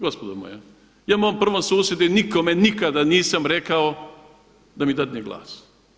Gospodo moja, ja mom prvom susjedu nikome nikada nisam rekao da mi dadne glas.